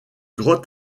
grottes